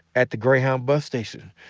at the greyhound bus station.